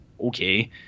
okay